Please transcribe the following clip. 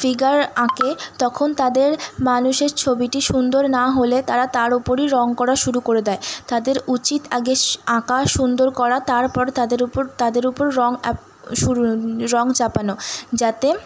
figure আঁকে তখন তাদের মানুষের ছবিটি সুন্দর না হলে তারা তার ওপরই রঙ করা শুরু করে দেয় তাদের উচিত আগে আঁকা সুন্দর করা তারপর তাদের ওপর তাদের ওপর রঙ শুরু রঙ চাপানো যাতে